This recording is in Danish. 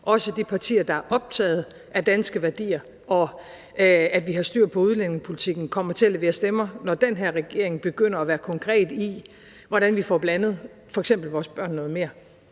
også de partier, der er optaget af danske værdier og af, at vi har styr på udlændingepolitikken, kommer til at levere stemmer, når den her regering begynder at være konkret i, hvordan vi får blandet f.eks. vores børn noget mere.